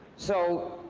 so,